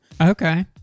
okay